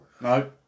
No